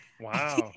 wow